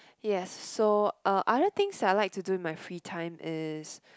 yes so uh other things I like to do in my free time is